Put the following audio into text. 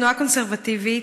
התנועה הקונסרבטיבית,